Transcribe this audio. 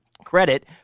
credit